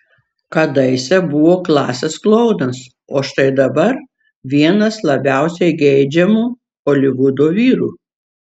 kadaise buvo klasės klounas o štai dabar vienas labiausiai geidžiamų holivudo vyrų